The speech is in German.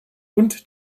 und